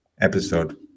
episode